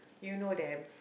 you know them